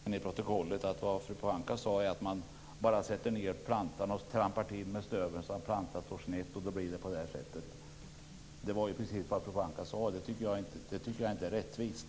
Fru talman! Vi kan ju läsa i protokollet sedan att fru Pohanka sade att man bara sätter ned plantan och trampar till med stöveln så att plantan står snett, och då blir det på det här sättet. Det var ju precis vad fru Pohanka sade, och det tycker jag inte är rättvist.